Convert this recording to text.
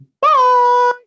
Bye